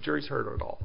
jury's heard all